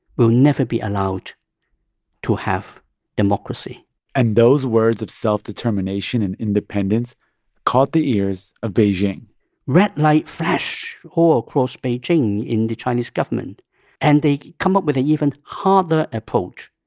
will never be allowed to have democracy and those words of self-determination and independence caught the ears of beijing red light flash all across beijing and the chinese government and they come up with an even harder approach,